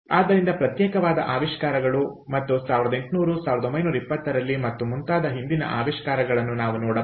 ಆದ್ದರಿಂದ ಪ್ರತ್ಯೇಕವಾದ ಆವಿಷ್ಕಾರಗಳು ಮತ್ತು 1800 1920ರಲ್ಲಿ ಮತ್ತು ಮುಂತಾದ ಹಿಂದಿನ ಆವಿಷ್ಕಾರಗಳನ್ನು ನೀವು ನೋಡಬಹುದು